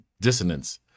dissonance